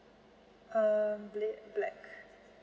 uh bl~ black